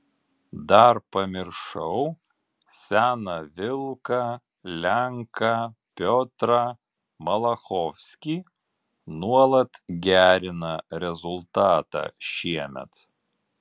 dar pamiršau seną vilką lenką piotrą malachovskį nuolat gerina rezultatą šiemet